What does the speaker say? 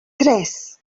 tres